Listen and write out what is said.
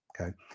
okay